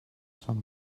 són